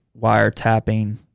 wiretapping